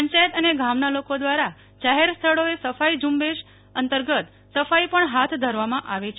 પંચાયત અને ગામના લોકો દ્વારા જાહેર સ્થળોએ સફાઈ ઝુંબેશ અંતર્ગત સફાઈ પણ હાથ ધરવામાં આવે છે